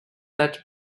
that